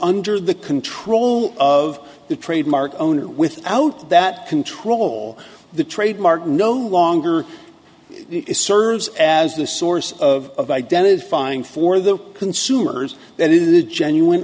under the control of the trademark owner without that control the trademark no longer serves as the source of identifying for the consumers that is the genuine